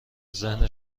ذهن